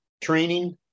training